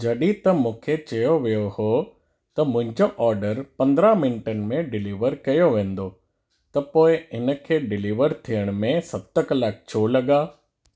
जॾहिं त मूंखे चयो वियो हो त मुंहिंजो ऑडर पंद्रहं मिंटनि में डिलीवर कयो वेंदो त पोइ इन खे डिलीवर थियण में सत कलाक छो लॻा